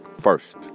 first